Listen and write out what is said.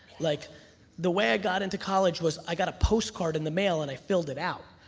like the way i got into college was i got a postcard in the mail and i filled it out.